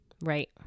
right